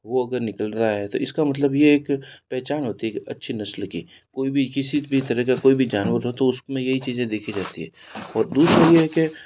वो अगर निकल रहा है तो इसका मतलब ये है कि पहचान होती है अच्छी नस्ल की कोई भी किसी तरह का कोई भी जानवर हो तो उसमें यही चीज़ें देखी जाती हैं और दूसरी यह है कि